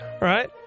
right